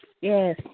yes